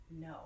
no